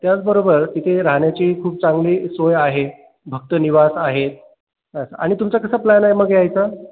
त्याचबरोबर तिथे राहण्याची खूप चांगली सोय आहे भक्तनिवास आहे आणि तुमचा कसा प्लॅन आहे मग यायचा